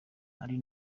ari